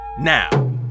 now